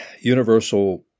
universal